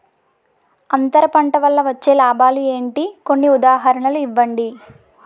అంతర పంట వల్ల వచ్చే లాభాలు ఏంటి? కొన్ని ఉదాహరణలు ఇవ్వండి?